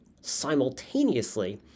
simultaneously